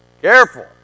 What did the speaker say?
Careful